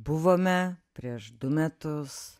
buvome prieš du metus